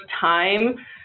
time